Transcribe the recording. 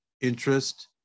interest